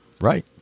Right